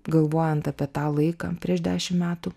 galvojant apie tą laiką prieš dešim metų